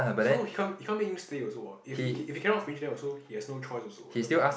so he come he come to meet Mister Yeo also what if if if he cannot finish then also he has no choice also what the boss